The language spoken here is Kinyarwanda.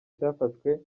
cyafashwe